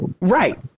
Right